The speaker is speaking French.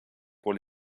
pour